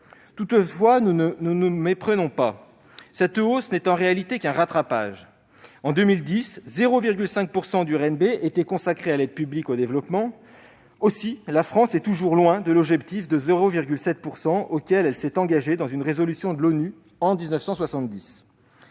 Toutefois, ne nous méprenons pas, cette hausse n'est en réalité qu'un rattrapage. En 2010, 0,5 % du RNB était consacré à l'aide publique au développement. Aussi, la France est toujours loin de l'objectif de 0,7 % auquel elle s'est engagée dans une résolution de l'ONU, en 1970.